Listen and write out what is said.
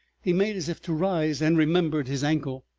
he made as if to rise, and remembered his ankle.